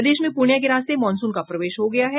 प्रदेश में पूर्णियां के रास्ते मॉनसून का प्रवेश हो गया है